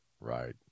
Right